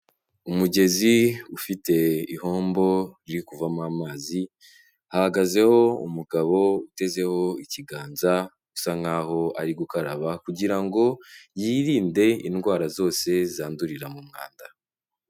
Umugezi ufite ihombo iri kuvamo amazi, hahagazeho umugabo utezeho ikiganza usa nkaho ari gukaraba, kugira ngo yirinde indwara zose zandurira mu mwanda.